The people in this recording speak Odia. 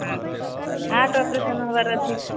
ହଁ ହାର୍ଟ ଅପରେସନ ହେବାର ଅଛି